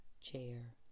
chair